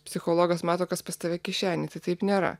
psichologas mato kas pas tave kišenėse taip nėra